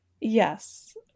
Yes